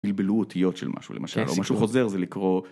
בלבלו אותיות של משהו למשל, כשהוא חוזר זה לקרוא.